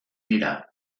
dira